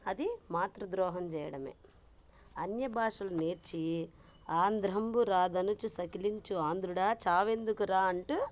అది మాతృ ద్రోహం చేయడమే అన్యభాషలు నేర్చి ఆంధ్రంబు రాదనచు సకిలించు ఆంధ్రుడా చావెందుకురా అంటూ